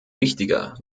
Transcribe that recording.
wichtiger